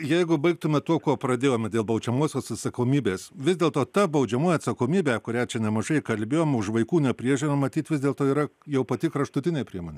jeigu baigtume tuo kuo pradėjome dėl baudžiamosios atsakomybės vis dėlto ta baudžiamoji atsakomybė kurią čia nemažai kalbėjome už vaikų nepriežiūrą matyt vis dėlto yra jau pati kraštutinė priemonė